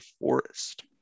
forest